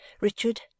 Richard